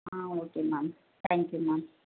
ah okay ma'am thank you ma'am